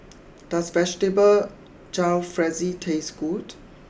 does Vegetable Jalfrezi taste good